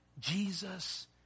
Jesus